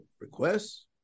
requests